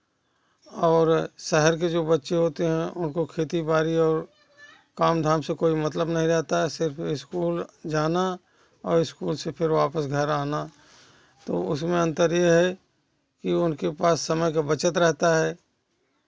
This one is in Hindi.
और शहर के जो बच्चे होते हैं उनको खेती बाड़ी और काम धाम से कोई मतलब नहीं रहता है सिर्फ़ इस्कूल जाना और इस्कूल से फिर वापस घर आना तो उसमें अंतर यह है कि उनके पास समय का बचत रहता है